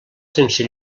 sense